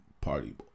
party